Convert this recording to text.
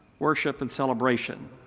worship and celebration.